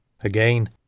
Again